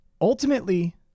Ultimately